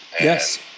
Yes